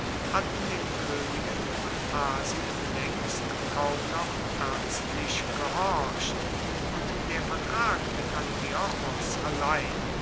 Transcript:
hatten den koenigen von asien laengst kaum noch ernstlich gehorcht und der vertrag mit antiochos allein